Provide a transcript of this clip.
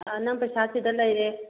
ꯑꯥ ꯅꯪ ꯄꯩꯁꯥ ꯁꯤꯗ ꯂꯩꯔꯦ